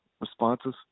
responses